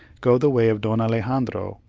go the way of don alexandro,